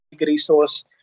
resource